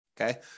Okay